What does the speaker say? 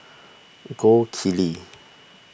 Gold Kili